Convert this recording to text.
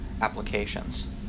applications